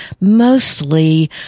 mostly